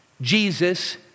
Jesus